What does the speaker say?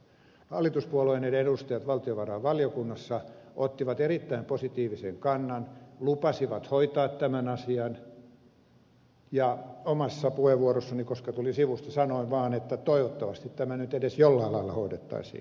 hallituspuolueiden edustajat valtiovarainvaliokunnassa ottivat erittäin positiivisen kannan lupasivat hoitaa tämän asian ja omassa puheenvuorossani koska tulin sivusta sanoin vaan että toivottavasti tämä nyt edes jollain lailla hoidettaisiin loppuun